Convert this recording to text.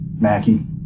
Mackie